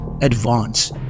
advance